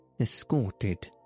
escorted